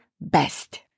best